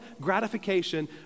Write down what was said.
gratification